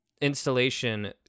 installation